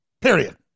Period